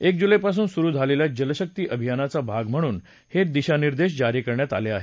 एक जुलैपासून सुरू झालेल्या जलशक्ती अभियानाचा भाग म्हणून हे दिशानिर्देश जारी करण्यात आले आहेत